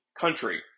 country